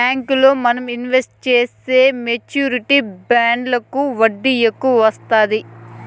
బ్యాంకుల్లో మనం ఇన్వెస్ట్ చేసే మెచ్యూరిటీ బాండ్లకి వడ్డీ ఎక్కువ వత్తాది